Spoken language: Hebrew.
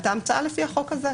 את ההמצאה לפי החוק הזה.